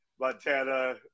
Montana